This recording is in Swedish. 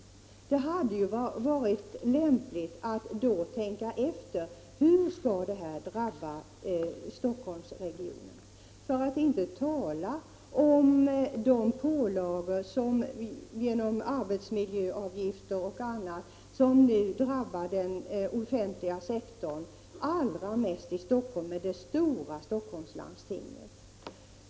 Det hade varit lämpligt att då tänka efter hur det kommer att drabba Stockholmsregionen. För att inte tala om de pålagor som vi får genom arbetsmiljöavgifter och annat, som ju drabbar den offentliga sektorn allra mest i Stockholm med det stora Stockholmslandstinget!